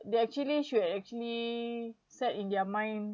they actually should actually set in their mind